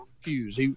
fuse